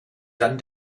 dann